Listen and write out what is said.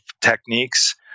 techniques